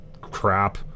crap